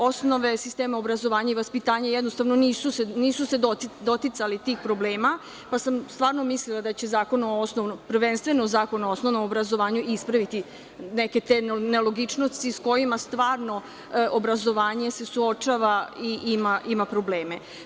Osnove sistema obrazovanja i vaspitanja jednostavno nisu se doticale tih problema, pa sam stvarno mislila da će prvenstveno Zakon o osnovnom obrazovanju ispraviti neke nelogičnosti s kojima se stvarno obrazovanje suočava i ima probleme.